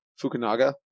Fukunaga